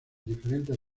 diferentes